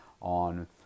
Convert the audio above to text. on